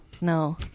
no